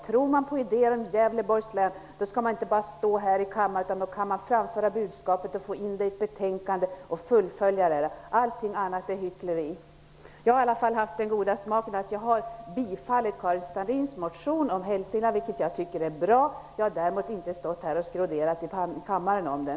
Tror man på idéer om Gävleborgs län då skall man inte bara tala här i kammaren, utan då kan man framföra budskapet i utskottet och få in det i betänkandet och fullfölja det där. Allting annat är hyckleri. Jag har i alla fall haft den goda smaken att jag yrkat bifall till Karin Starrins motion om Hälsingland, som jag tycker är bra, men jag har inte stått och skroderat i kammaren om den.